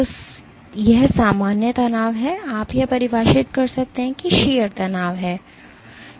तो यह सामान्य तनाव है आप यह परिभाषित कर सकते हैं कि यह शीयर तनाव है